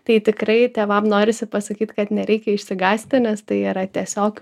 tai tikrai tėvam norisi pasakyt kad nereikia išsigąsti nes tai yra tiesiog